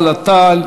תע"ל,